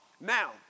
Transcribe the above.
Now